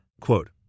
Quote